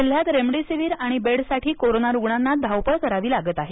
जिल्ह्यात रेमडिसीवर आणि बेडसाठी कोरोना रूग्णांना धावपळ करावी लागत आहे